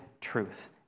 truth